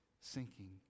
sinking